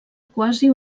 quasi